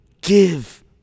give